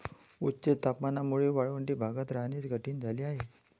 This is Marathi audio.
उच्च तापमानामुळे वाळवंटी भागात राहणे कठीण झाले आहे